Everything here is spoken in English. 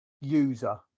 user